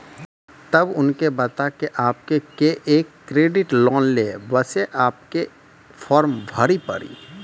तब उनके बता के आपके के एक क्रेडिट लोन ले बसे आपके के फॉर्म भरी पड़ी?